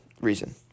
reason